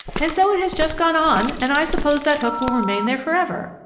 and so it has just gone on, and i suppose that hook will remain there forever!